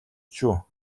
шүү